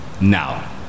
now